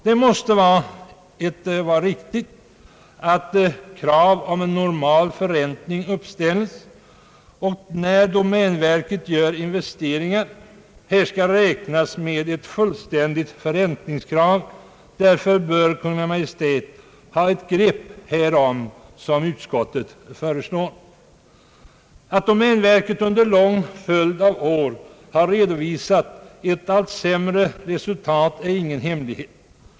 Krav på normal förräntning måste här vara ett berättigat krav, och när domänverket gör investeringar bör man alltså ta med i beräkningen ett fullständigt förräntningskrav. Därför bör Kungl. Maj:t — som utskottet föreslår — kunna ingripa i aktuella fall. Att domänverket under en lång följd av år har redovisat allt sämre resultat är ingen hemlighet.